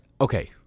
okay